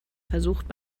versucht